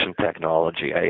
technology